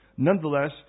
Nonetheless